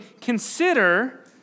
consider